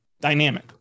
dynamic